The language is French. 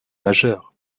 majeur